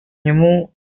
нему